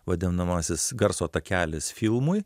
vadinamasis garso takelis filmui